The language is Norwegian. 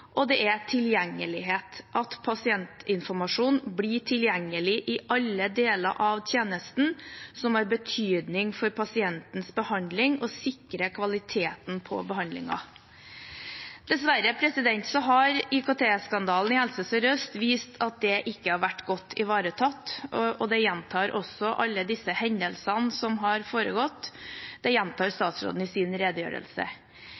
Det er tilgjengelighet – at pasientinformasjon blir tilgjengelig i alle deler av tjenesten som har betydning for pasientens behandling og sikrer kvaliteten på behandlingen. Dessverre har IKT-skandalen i Helse Sør-Øst vist at dette ikke har vært godt ivaretatt, og også alle disse hendelsene som har foregått, det gjentar